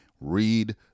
read